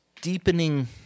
deepening